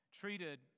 treated